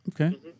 Okay